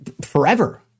forever